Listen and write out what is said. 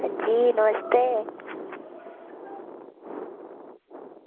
अंजी नमस्ते